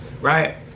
right